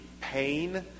pain